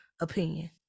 opinion